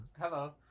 Hello